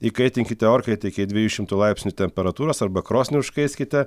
įkaitinkite orkaitę iki dviejų šimtų laipsnių temperatūros arba krosnį užkaiskite